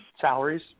salaries